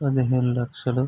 పదిహేను లక్షలు